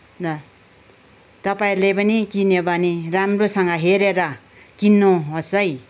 र तपाईँले पनि किन्यो भने राम्रोसँग हेरेर किन्नुहोस् है